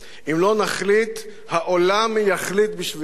אם לא נחליט, העולם יחליט בשבילנו.